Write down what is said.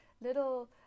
little